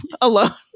alone